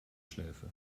schläfe